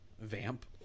Vamp